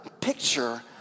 picture